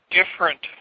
different